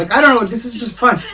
like i don't know this is just fun!